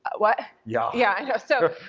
what? yeah. yeah, i know. so,